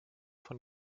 von